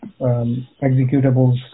executables